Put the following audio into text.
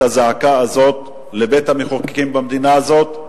הזעקה הזאת לבית-המחוקקים במדינה הזאת,